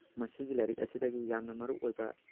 ꯃꯁꯤꯒꯤ ꯂꯥꯏꯔꯤꯛ ꯑꯁꯤꯗꯒꯤ ꯌꯥꯝꯅ ꯃꯔꯨ ꯑꯣꯏꯕ